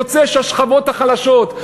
יוצא שהשכבות החלשות,